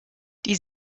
die